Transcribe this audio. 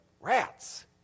Rats